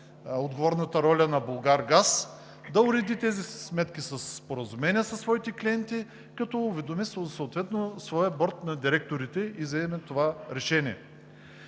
отговорната роля на Булгаргаз – да уреди тези сметки със споразумение със своите клиенти, като уведоми съответно своя борд на директорите и вземе това решение.